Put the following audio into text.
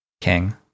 King